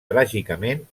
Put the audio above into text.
tràgicament